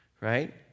right